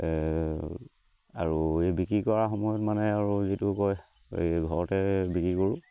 আৰু এই বিক্ৰী কৰাৰ সময়ত মানে আৰু যিটো কয় এই ঘৰতে বিক্ৰী কৰোঁ